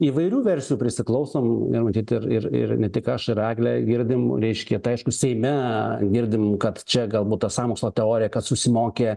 įvairių versijų prisiklausom ir matyt ir ir ne tik aš ir eglė girdim reiškia tai aišku seime girdim kad čia galbūt ta sąmokslo teorija kad susimokė